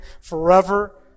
forever